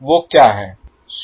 वो क्या है